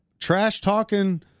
Trash-talking